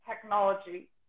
technology